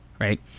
right